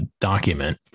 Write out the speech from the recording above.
document